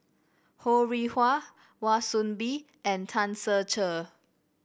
Ho Rih Hwa Wan Soon Bee and Tan Ser Cher